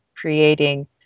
creating